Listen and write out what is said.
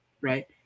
right